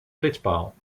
flitspaal